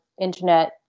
internet